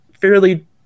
fairly